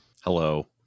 Hello